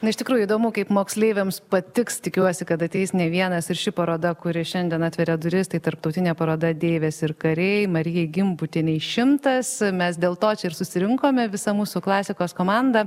na iš tikrųjų įdomu kaip moksleiviams patiks tikiuosi kad ateis ne vienas ir ši paroda kuri šiandien atveria duris tai tarptautinė paroda deivės ir kariai marijai gimbutienei šimtas mes dėl to čia ir susirinkome visa mūsų klasikos komanda